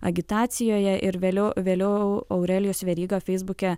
agitacijoje ir vėliau vėliau aurelijus veryga feisbuke